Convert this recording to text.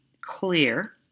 clear